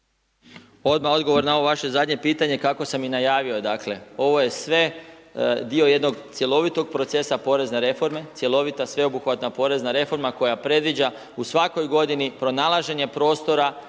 Odmah odgovor na ovo vaše zadnje pitanje kako sam i najavio, dakle, ovo je sve dio jednog cjelovitog procesa porezne reforme, cjelovita sveobuhvatna porezna reforma koja predviđa u svakoj godini pronalaženje prostora